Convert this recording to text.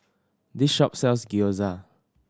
this shop sells Gyoza